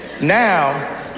now